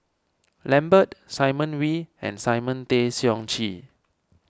Lambert Simon Wee and Simon Tay Seong Chee